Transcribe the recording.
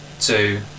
two